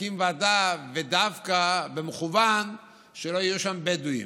להקים ועדה ודווקא במכוון שלא יהיו שם בדואים.